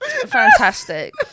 fantastic